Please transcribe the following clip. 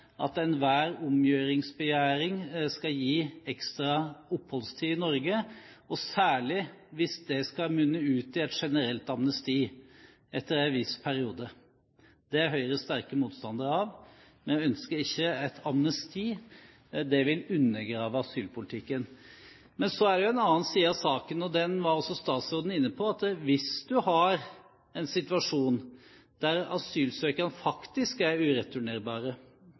at enhver omgjøringsbegjæring skal gi ekstra oppholdstid i Norge, og særlig hvis det skal munne ut i et generelt amnesti etter en viss periode. Det er Høyre sterk motstander av. Vi ønsker ikke et amnesti. Det vil undergrave asylpolitikken. Men så er det en annen side av saken, og den var også statsråden inne på: Hvis du har en situasjon der asylsøkerne faktisk er ureturnerbare,